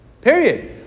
Period